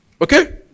Okay